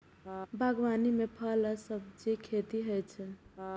बागवानी मे फल आ सब्जीक खेती होइ छै